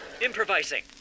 improvising